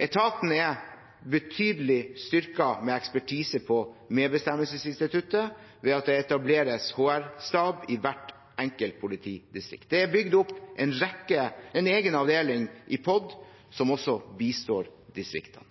Etaten er betydelig styrket med ekspertise på medbestemmelsesinstituttet ved at det etableres HR-stab i hvert enkelt politidistrikt. Det er bygd opp en egen avdeling i POD som også bistår distriktene.